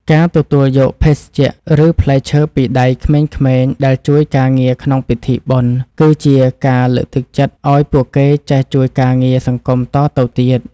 ការទទួលយកភេសជ្ជៈ ឬផ្លែឈើពីដៃក្មេងៗដែលជួយការងារក្នុងពិធីបុណ្យ គឺជាការលើកទឹកចិត្តឱ្យពួកគេចេះជួយការងារសង្គមតទៅទៀត។